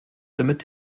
damit